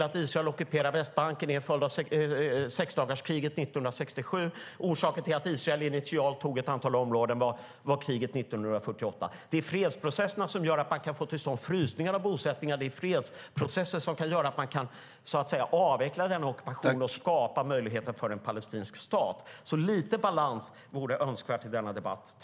Att Israel ockuperar Västbanken är en följd av sexdagarskriget 1967. Orsaken till att Israel initialt tog ett antal områden var kriget 1948. Det är fredsprocesserna som gör att man kan få till stånd frysningar av bosättningar. Det är fredsprocesser som gör att man kan avveckla ockupationen och skapa möjligheter för en palestinsk stat. Lite balans vore önskvärt i denna debatt.